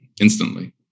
instantly